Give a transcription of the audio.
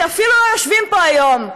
שאפילו לא יושבים פה היום,